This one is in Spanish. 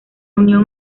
unión